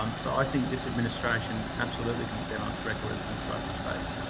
um so, i think this administration absolutely can stand on its record, in terms of open space.